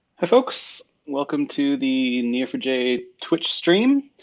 hi folks, welcome to the n e o four j, twitch stream.